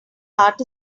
art